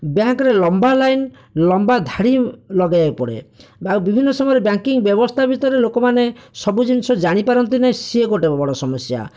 ବ୍ୟାଙ୍କରେ ଲମ୍ବା ଲାଇନ ଲମ୍ବା ଧାଡ଼ି ଲଗେଇବାକୁ ପଡ଼େ ବା ଆଉ ବିଭିନ୍ନ ସମୟରେ ବ୍ୟାଙ୍କିଙ୍ଗ ବ୍ୟବସ୍ଥା ଭିତରେ ଲୋକମାନେ ସବୁ ଜିନିଷ ଜାଣିପାରନ୍ତି ନାହିଁ ସିଏ ଗୋଟିଏ ବଡ଼ ସମସ୍ୟା